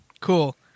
cool